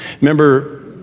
remember